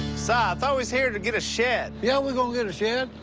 so i thought we's here to get a shed. yeah, we're gonna get a shed.